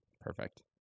Perfect